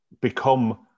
become